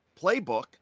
playbook